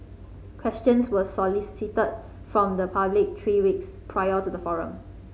questions were solicited from the public three weeks prior to the forum